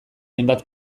hainbat